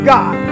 God